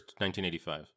1985